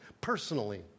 personally